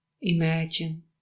Imagine